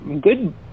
good